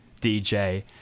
DJ